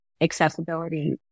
accessibility